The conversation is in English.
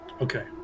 Okay